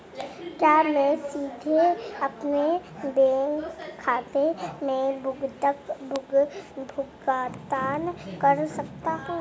क्या मैं सीधे अपने बैंक खाते से भुगतान कर सकता हूं?